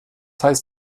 heißt